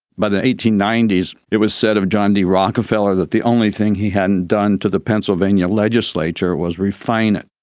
by the eighteen ninety s it was said of john d rockefeller that the only thing he hadn't done to the pennsylvania legislature was refine it.